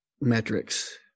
metrics